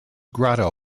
grotto